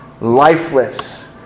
lifeless